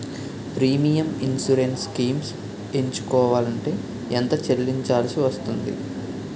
Premium insurance schemes ఎంచుకోవలంటే ఎంత చల్లించాల్సివస్తుంది??